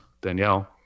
Danielle